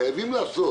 חייבים לעשות